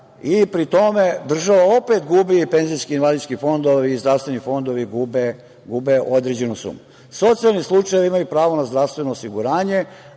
i pri tome, država opet gubi penzijske i invalidske fondove, i zdravstveni fondovi gube određenu sumu. Socijalni slučajevi imaju pravo na zdravstveno osiguranje,